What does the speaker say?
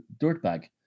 dirtbag